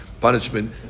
punishment